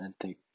authentic